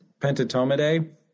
Pentatomidae